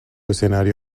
escenario